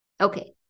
Okay